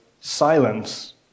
silence